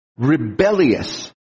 rebellious